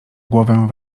głowę